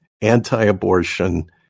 anti-abortion